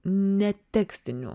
ne tekstinių